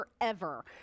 forever